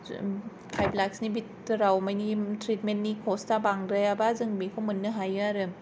five लाखसनि बिथोराव मानि ट्रेदमेन्द नि खस्तआ बांद्रायाबा जों बेखौ मोननो हायो आरो